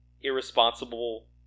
irresponsible